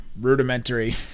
rudimentary